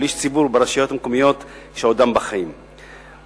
אישי ציבור שעודם בחיים ברשויות המקומיות.